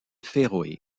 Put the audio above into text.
féroé